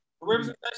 representation